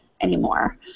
anymore